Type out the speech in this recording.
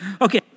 Okay